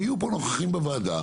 והם יהיו פה, נוכחים בוועדה.